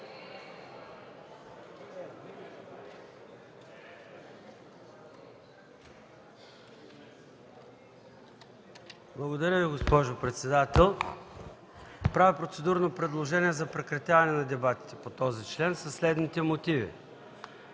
Благодаря Ви, госпожо председател. Правя процедурно предложение за прекратяване на дебатите по този член със следните мотиви.